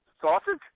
sausage